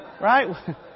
Right